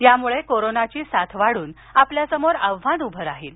यामुळे कोरोनाची साथ वाढून आपल्यासमोर आव्हान उभं राहील